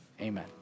amen